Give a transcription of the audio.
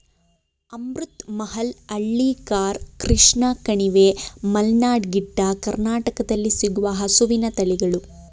ಅಮೃತ್ ಮಹಲ್, ಹಳ್ಳಿಕಾರ್, ಕೃಷ್ಣ ಕಣಿವೆ, ಮಲ್ನಾಡ್ ಗಿಡ್ಡ, ಕರ್ನಾಟಕದಲ್ಲಿ ಸಿಗುವ ಹಸುವಿನ ತಳಿಗಳು